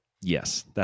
yes